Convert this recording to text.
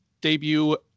debut